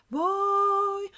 boy